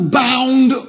bound